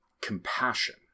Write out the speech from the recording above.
compassion